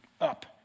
up